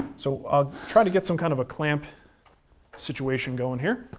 so i'll try to get some kind of a clamp situation going here.